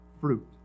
fruit